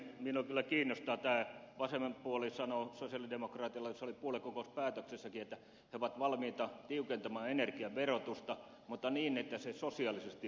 minua kyllä kiinnostaa tämä kun vasen puoli sanoo sosialidemokraateilla se oli puoluekokouspäätöksessäkin että he ovat valmiita tiukentamaan energian verotusta mutta niin että se sosiaalisesti huomioidaan